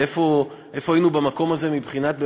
ואיפה היינו במקום הזה מבחינת,